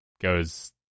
goes